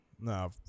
No